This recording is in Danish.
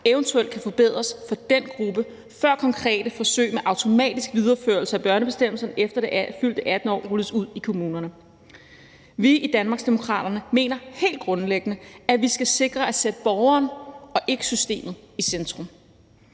eventuelt kan forbedres for den gruppe, før konkrete forsøg med automatisk videreførelse af børnebestemmelserne efter det fyldte 18. år rulles ud i kommunerne. Vi i Danmarksdemokraterne mener helt grundlæggende, at vi skal sikre, at vi sætter borgeren og ikke systemet i centrum.